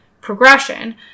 progression